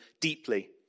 deeply